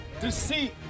deceit